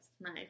Nice